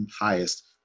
highest